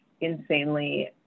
insanely